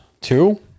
Two